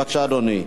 בבקשה, אדוני.